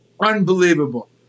Unbelievable